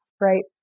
Right